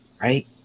right